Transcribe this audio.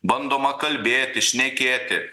bandoma kalbėti šnekėti